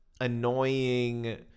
annoying